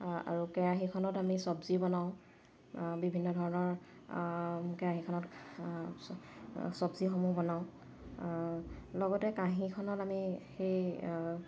আৰু কেৰাহীখনত আমি চব্জি বনাওঁ বিভিন্ন ধৰণৰ কেৰাহীখনত চব্জিসমূহ বনাওঁ লগতে কাঁহীখনত আমি সেই